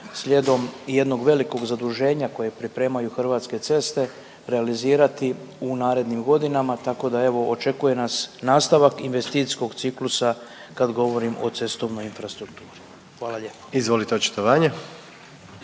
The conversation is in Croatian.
slijedom jednog velikog zaduženja kojeg pripremaju Hrvatske ceste realizirati u narednim godinama, tako da, evo, očekuje nas nastavak investicijskog ciklusa kad govorimo o cestovnoj infrastrukturi. Hvala lijepo. **Jandroković,